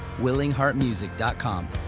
willingheartmusic.com